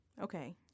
okay